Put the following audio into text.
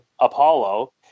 apollo